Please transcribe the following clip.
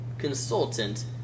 consultant